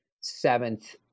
seventh